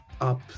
up